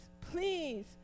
please